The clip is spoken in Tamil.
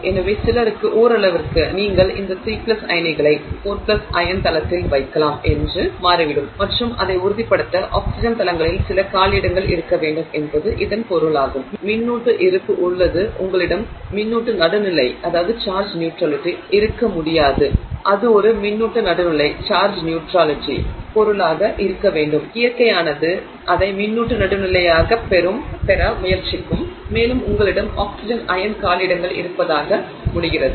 எனவே சிலருக்கு ஓரளவிற்கு நீங்கள் இந்த 3 அயனிகளை 4 அயன் தளத்தில் வைக்கலாம் என்று மாறிவிடும் மற்றும் அதை உறுதிப்படுத்த ஆக்ஸிஜன் தளங்களில் சில காலியிடங்கள் இருக்க வேண்டும் என்பது இதன் பொருள் ஆகும் மின்னூட்டு இருப்பு உள்ளது உங்களிடம் மின்னூட்டு நடுநிலை இருக்க முடியாது அது ஒரு மின்னூட்டு நடுநிலை பொருளாக இருக்க வேண்டும் இயற்கையானது அதை மின்னூட்டு நடுநிலையாகப் பெற முயற்சிக்கும் மேலும் உங்களிடம் ஆக்ஸிஜன் அயன் காலியிடங்கள் இருப்பதாக முடிகிறது